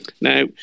Now